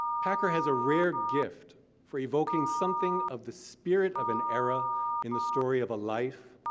packer has a rare gift for evoking something of the spirit of an era in the story of a life,